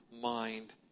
mind